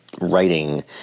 writing